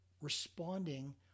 responding